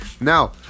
Now